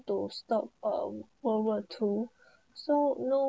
to stop uh world war too so no